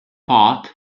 part